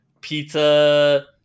pizza